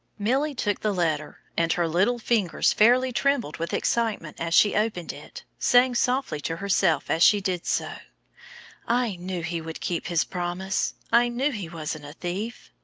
milly took the letter, and her little fingers fairly trembled with excitement as she opened it, saying softly to herself as she did so i knew he would keep his promise. i knew he wasn't a thief.